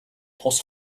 тус